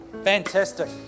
Fantastic